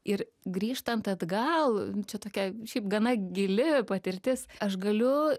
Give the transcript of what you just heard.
ir grįžtant atgal čia tokia šiaip gana gili patirtis aš galiu